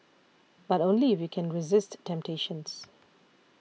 but only if you can resist temptations